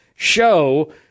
Show